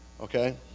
Okay